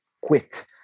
quit